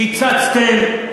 קיצצתם,